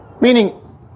meaning